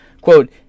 quote